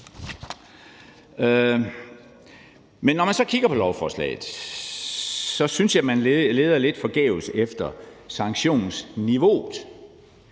Men når man så kigger på lovforslaget, synes jeg, at man leder lidt forgæves efter sanktionsniveauet.